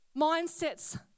mindsets